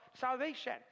salvation